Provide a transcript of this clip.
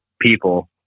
people